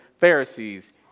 Pharisees